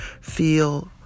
feel